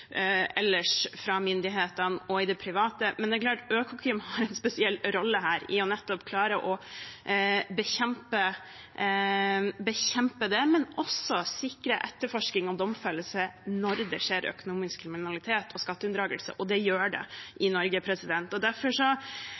ellers fra myndighetene og i det private, men det er klart at Økokrim har en spesiell rolle nettopp i å klare å bekjempe dette og med å sikre etterforskning og domfellelse når det skjer økonomisk kriminalitet og skatteunndragelse – og det gjør det i Norge.